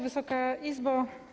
Wysoka Izbo!